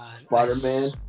spider-man